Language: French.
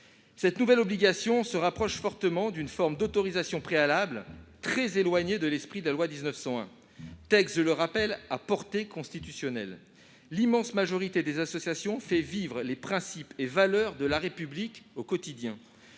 Cette nouvelle obligation se rapproche beaucoup d'une sorte d'autorisation préalable, très éloignée de l'esprit de la loi de 1901, qui est un texte de portée constitutionnelle, je le rappelle. L'immense majorité des associations fait vivre les principes et valeurs de la République au quotidien,